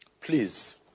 please